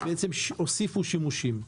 ובעצם הוסיפו שימושים.